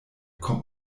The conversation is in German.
kommt